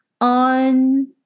on